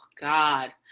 God